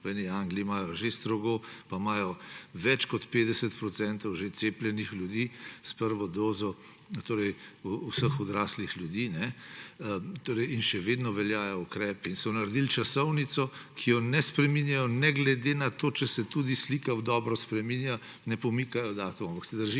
v Angliji imajo že strogo, pa imajo več kot 50 odstotkov že cepljenih ljudi s prvo dozo, torej vseh odraslih ljudi, in še vedno veljajo ukrepi. Naredili so časovnico, ki je ne spreminjajo, ne glede na to, če se tudi slika v dobro spreminja, ne pomikajo datumov, ampak se držijo